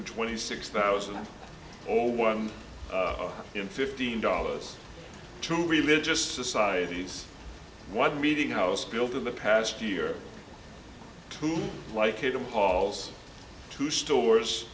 twenty six thousand or one in fifteen dollars to religious societies one meeting house built in the past year two like it appalls two stores